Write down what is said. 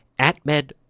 AtMed